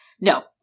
No